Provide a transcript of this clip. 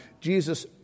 Jesus